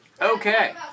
Okay